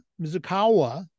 Mizukawa